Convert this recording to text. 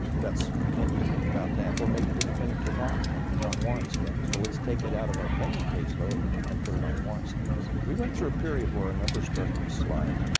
and i can't do anything about that. or maybe the defendant took off. maybe he's on warrant status. well, let's take it out of our pending case load and put it on warrant status. we went through a period where our numbers started to slide.